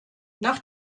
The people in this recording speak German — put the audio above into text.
nach